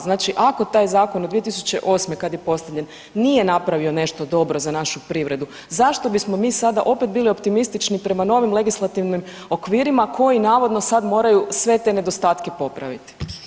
Znači ako taj zakon od 2008. kad je postavljen nije napravio nešto dobro za našu privredu zašto bismo mi sada opet bili optimistični prema novim legislativnim okvirima koji navodno sad moraju sve te nedostatke popraviti?